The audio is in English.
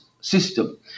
system